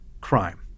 crime